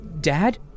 Dad